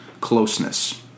closeness